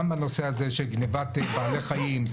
גם בנושא הזה של גניבת בעלי חיים,